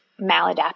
maladaptive